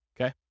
okay